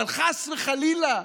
אבל חס וחלילה,